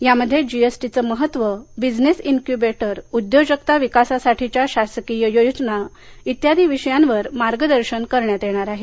यामध्ये जीएसटीचं महत्त्व बिझनेस इन्क्यूबेटर उद्योजकता विकासासाठीच्या शासकीय योजना इत्यादी विषयावर मार्गदर्शन करण्यात येणार आहे